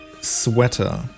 sweater